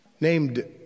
named